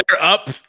up